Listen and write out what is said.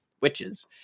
witches